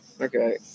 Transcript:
Okay